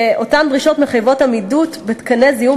ואותן דרישות מחייבות עמידות בתקני זיהום